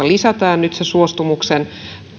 lisätään nyt suostumuksen